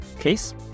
case